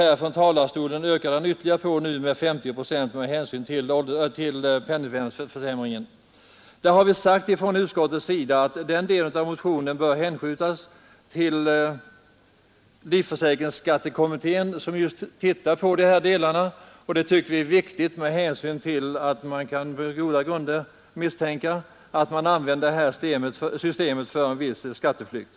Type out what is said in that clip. Här från talarstolen ökade han på med ytterligare 50 procent med hänsyn till penningvärdeförsämringen. Utskottet har sagt att den delen av motionen bör hänskjutas till livförsäkringsskattekommittén, som just utreder dessa saker. Det tycker Nr 122 vi är viktigt med hänsyn till att man på goda grunder kan misstänka att Onsdagen den detta system används för en viss skatteflykt.